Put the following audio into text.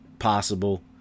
possible